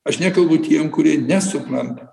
aš nekalbu tiem kurie nesupranta